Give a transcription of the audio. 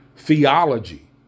theology